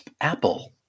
Apple